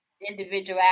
individuality